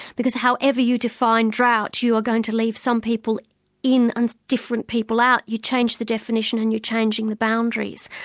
because however you define drought, you are going to leave some people in and different people out. you change the definition and you're changing the boundaries.